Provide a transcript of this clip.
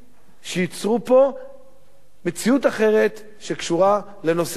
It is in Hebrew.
שייצרו פה מציאות אחרת שקשורה לנושא הדיור,